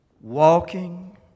Walking